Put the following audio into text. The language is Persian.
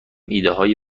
ایدههای